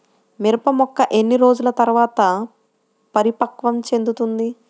మిరప మొక్క ఎన్ని రోజుల తర్వాత పరిపక్వం చెందుతుంది?